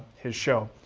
his show.